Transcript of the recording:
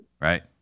right